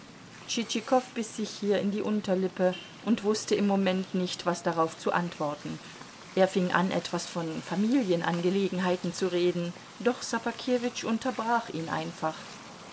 tschitschikow biß sich hier in die unterlippe und wußte im moment nicht was darauf zu antworten er fing an etwas von familienangelegenheiten zu reden doch ssobakewitsch unterbrach ihn einfach